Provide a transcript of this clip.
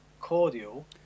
cordial